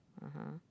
(uh huh)